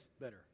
better